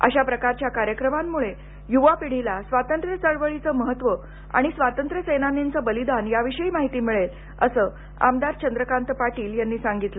अशा प्रकारच्या कार्यक्रमांमुळे युवा पिढीला स्वातंत्र्य चळवळीचं महत्त्व आणि स्वातंत्र्य सेनानीचं बलिदान याविषयी माहिती मिळेल असं आमदार चंद्रकांत पाटील यांनी सांगितलं